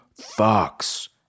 fox